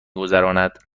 گذراند